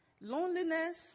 Loneliness